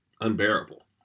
unbearable